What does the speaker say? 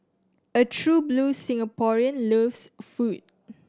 a true blue Singaporean loves food